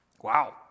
Wow